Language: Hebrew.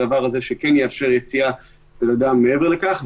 מחוות הדעת וראיתי לא מעט חוות דעת בעבר,